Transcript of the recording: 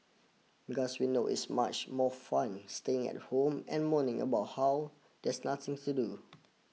we know it's much more fun staying at home and moaning about how there is nothing to do